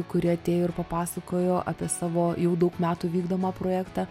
kuri atėjo ir papasakojo apie savo jau daug metų vykdomą projektą